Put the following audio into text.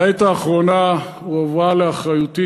בעת האחרונה הועברה לאחריותי,